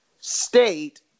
state